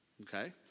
Okay